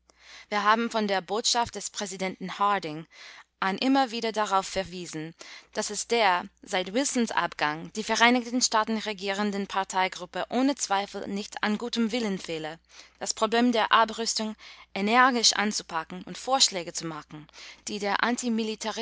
wir haben von der botschaft des präsidenten harding an immer wieder darauf verwiesen daß es der seit wilsons abgang die vereinigten staaten regierenden parteigruppe ohne zweifel nicht an gutem willen fehle das problem der abrüstung energisch anzupacken und vorschläge zu machen die der